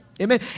Amen